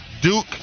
Duke